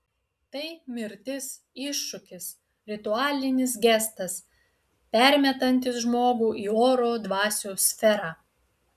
tai mirtis iššūkis ritualinis gestas permetantis žmogų į oro dvasių sferą